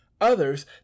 others